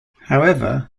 however